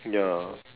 ya